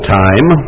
time